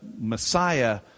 Messiah